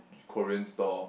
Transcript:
Korean stall